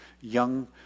young